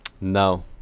No